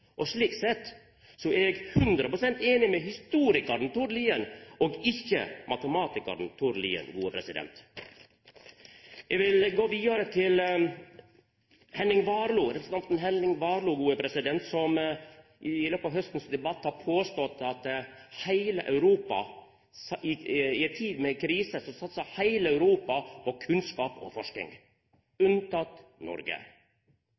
Slik sett er eg 100 pst. einig med historikaren Tord Lien og ikkje matematikaren Tord Lien. Eg vil gå vidare til representanten Henning Warloe som i løpet av debatten i haust har påstått at i ei tid med krise satsar heile Europa på kunnskap og forsking, unntatt Noreg.